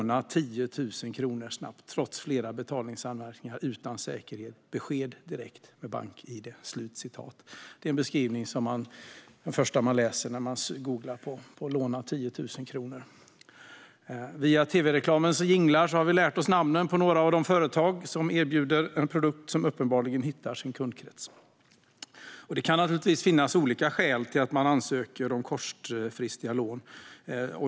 Det första man läser när man googlar på att låna 10 000 kronor är: Låna 10 000 kronor snabbt trots flera betalningsanmärkningar utan säkerhet, besked direkt med bank-id. Via tv-reklamens jinglar har vi lärt oss namnen på några av de företag som erbjuder en produkt som uppenbarligen hittar sin kundkrets. Det kan naturligtvis finnas olika skäl till att man ansöker om kortfristiga lån.